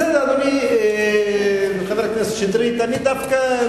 בסדר, אדוני, חבר הכנסת שטרית, אני דווקא,